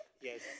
Yes